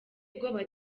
ubwoba